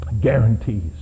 guarantees